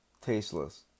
tasteless